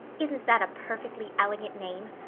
isn't that a perfectly elegant name?